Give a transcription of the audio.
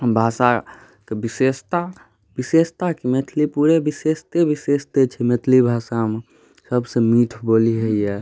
भाषाके विशेषता विशेषता कि मैथिली पूरे विशेषते विशेषते छै मैथिली भाषामे सबसँ मीठ बोली होइए